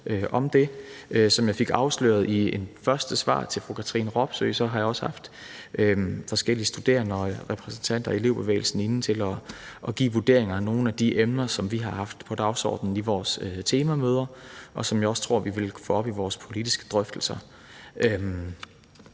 Som jeg fik afsløret i mit første svar til fru Katrine Robsøe, har jeg også haft forskellige studerende og repræsentanter for elevbevægelsen inde for at give vurderinger af nogle af de emner, som vi har haft på dagsordenen i vores temamøder, og som jeg også tror vi vil få op i vores politiske drøftelser.